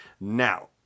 Now